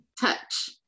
touch